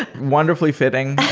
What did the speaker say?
and wonderfully-fitting,